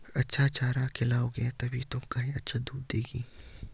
अच्छा चारा खिलाओगे तभी तो गाय अच्छा दूध देगी